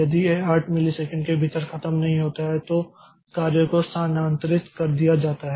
यदि यह 8 मिलीसेकंड के भीतर खत्म नहीं होता है तो कार्य को स्थानांतरित कर दिया जाता है